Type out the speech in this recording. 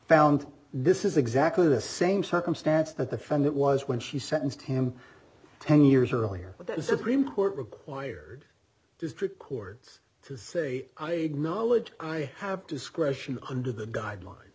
found this is exactly the same circumstance that the friend that was when she sentenced him ten years earlier but that supreme court required district courts to say i know i have discretion under the guidelines